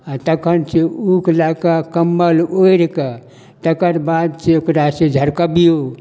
आओर तखन से ऊक लएकऽ कम्मल ओढ़िकऽ तकर बाद से ओकरा से झड़कबियौ